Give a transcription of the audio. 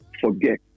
Forget